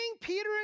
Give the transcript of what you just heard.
Peter